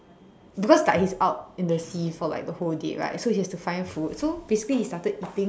because like he is out in the sea for like the whole day right so he has to find food so basically he started eating